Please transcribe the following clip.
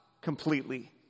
completely